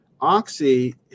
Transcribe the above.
Oxy